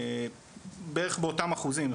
בערך באותם אחוזים,